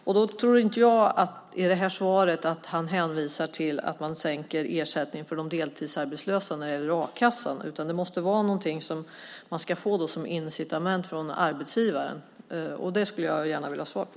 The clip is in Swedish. Jag tror nämligen inte att han i svaret syftar på att man sänker ersättningen för de deltidsarbetslösa när det gäller a-kassan utan det måste vara fråga om något man får som incitament från arbetsgivaren. Det skulle jag gärna vilja ha svar på.